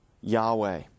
Yahweh